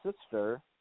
sister